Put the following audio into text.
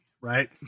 right